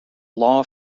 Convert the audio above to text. law